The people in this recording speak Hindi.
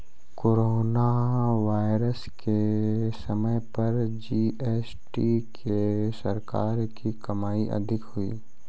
कोरोना वायरस के समय पर जी.एस.टी से सरकार की कमाई अधिक हुई